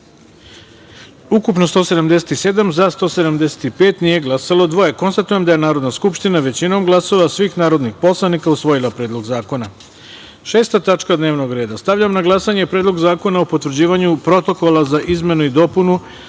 ukupno - 177, za – 175, nije glasalo dvoje. Konstatujem da je Narodna skupština većinom glasova svih narodnih poslanika usvojila Predlog zakona. Tačka 6. dnevnog reda. Stavljam na glasanje Predlog zakona o potvrđivanju Protokola za izmenu i dopunu